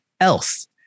else